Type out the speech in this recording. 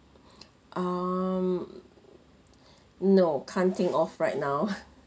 um no can't think of right now